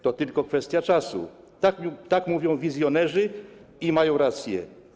To tylko kwestia czasu - tak mówią wizjonerzy i mają rację.